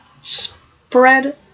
spread